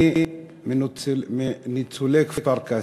אני מניצולי כפר-קאסם.